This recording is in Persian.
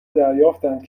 دریافتند